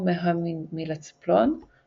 מהמיאלנצפלון המוח המוח המוארך המוח המוארך